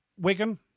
Wigan